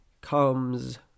comes